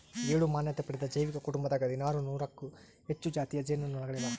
ಏಳು ಮಾನ್ಯತೆ ಪಡೆದ ಜೈವಿಕ ಕುಟುಂಬದಾಗ ಹದಿನಾರು ನೂರಕ್ಕೂ ಹೆಚ್ಚು ಜಾತಿಯ ಜೇನು ನೊಣಗಳಿದಾವ